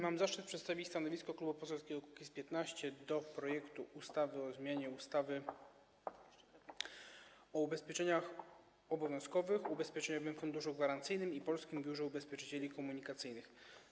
Mam zaszczyt przedstawić stanowisko Klubu Poselskiego Kukiz’15 wobec projektu ustawy o zmianie ustawy o ubezpieczeniach obowiązkowych, Ubezpieczeniowym Funduszu Gwarancyjnym i Polskim Biurze Ubezpieczycieli Komunikacyjnych.